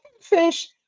fish